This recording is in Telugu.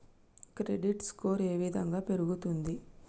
క్రెడిట్ స్కోర్ ఏ విధంగా పెరుగుతుంది?